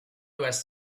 was